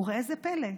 וראה זה פלא: